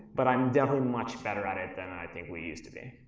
but i'm definitely much better at it then i think we used to be.